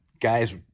Guys